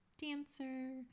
dancer